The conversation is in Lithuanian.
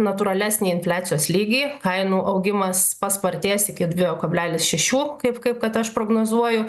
natūralesnį infliacijos lygį kainų augimas paspartės iki dviejų kablelis šešių kaip kaip kad aš prognozuoju